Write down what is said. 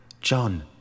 John